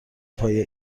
پای